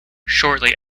shortly